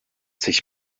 sich